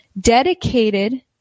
dedicated